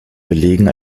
belegen